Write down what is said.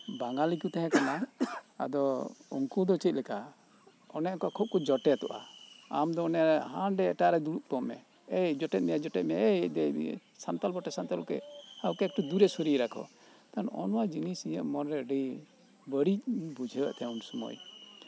ᱵᱟᱝᱜᱟᱞᱤ ᱠᱚ ᱛᱟᱦᱮᱸᱠᱟᱱᱟ ᱟᱫᱚ ᱩᱱᱠᱩ ᱫᱚ ᱪᱮᱫᱞᱮᱠᱟ ᱚᱱᱮ ᱚᱝᱠᱟ ᱠᱷᱩᱵ ᱠᱚ ᱡᱚᱴᱮᱫᱚᱜᱼᱟ ᱟᱢ ᱫᱚ ᱚᱱᱮ ᱦᱟᱱᱰᱮ ᱮᱴᱟᱜ ᱨᱮ ᱫᱩᱲᱩᱵ ᱠᱚᱜ ᱢᱮ ᱮᱭ ᱡᱚᱴᱮᱫ ᱢᱮᱭᱟᱼᱮᱭ ᱡᱚᱴᱮᱫ ᱢᱮᱭᱟ ᱥᱟᱱᱛᱟᱲ ᱵᱚᱴᱮᱼᱥᱟᱱᱛᱟᱞ ᱵᱚᱴᱮ ᱳᱠᱮ ᱮᱠᱴᱩ ᱫᱩᱨᱮ ᱥᱚᱨᱤᱭᱮ ᱨᱟᱠᱷᱚ ᱛᱟᱞᱦᱮ ᱱᱚᱜᱼᱚᱭ ᱱᱚᱣᱟ ᱡᱤᱱᱤᱥ ᱤᱧᱟᱹᱜ ᱢᱚᱱᱮ ᱨᱮ ᱟᱹᱰᱤ ᱵᱟᱹᱲᱤᱡ ᱤᱧ ᱵᱩᱡᱷᱟᱹᱣᱮᱫ ᱛᱟᱦᱮᱸᱫ ᱩᱱ ᱥᱚᱢᱚᱭ